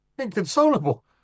inconsolable